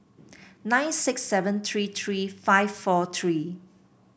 nine six seven three three five four three